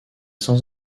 sans